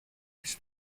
της